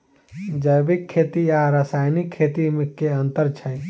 जैविक खेती आ रासायनिक खेती मे केँ अंतर छै?